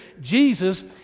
Jesus